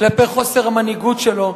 כלפי חוסר המנהיגות שלו,